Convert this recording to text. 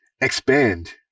expand